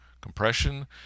compression